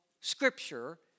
Scripture